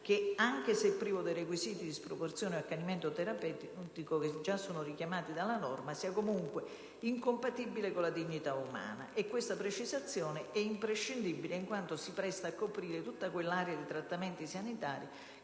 che, anche se privo dei requisiti di sproporzione o accanimento terapeutico già richiamati dalla norma, sia comunque incompatibile con la dignità umana. Tale precisazione è imprescindibile in quanto si presta a coprire tutta quell'area di trattamenti sanitari